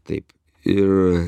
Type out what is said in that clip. taip ir